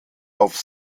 auf